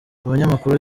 umunyamakuru